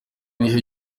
nicyo